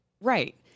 right